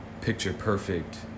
picture-perfect